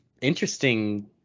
interesting